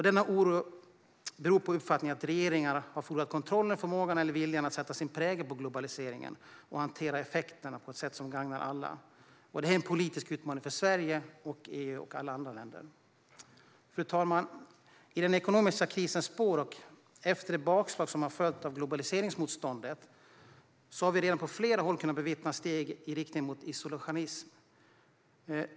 Denna oro beror på uppfattningen att regeringarna har förlorat kontrollen, förmågan eller viljan att sätta sin prägel på globaliseringen och hantera dess effekter på ett sätt som gagnar alla. Detta är en politisk utmaning för Sverige, EU och alla andra länder. Fru talman! I den ekonomiska krisens spår och efter det bakslag som har följt i form av globaliseringsmotståndet har vi redan på flera håll kunnat bevittna steg i riktning mot isolationism.